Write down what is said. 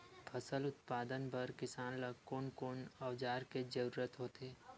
फसल उत्पादन बर किसान ला कोन कोन औजार के जरूरत होथे?